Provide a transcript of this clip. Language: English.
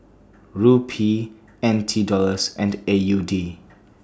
Rupee N T Dollars and A U D